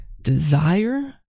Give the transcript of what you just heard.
desire